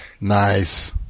Nice